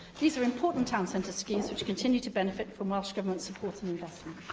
these are important town centre schemes, which continue to benefit from welsh government support and investment.